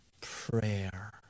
prayer